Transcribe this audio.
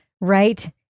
right